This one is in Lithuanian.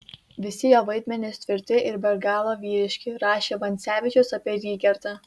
visi jo vaidmenys tvirti ir be galo vyriški rašė vancevičius apie rygertą